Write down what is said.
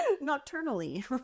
nocturnally